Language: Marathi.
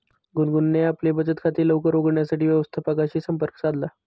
गुनगुनने आपले बचत खाते लवकर उघडण्यासाठी व्यवस्थापकाशी संपर्क साधला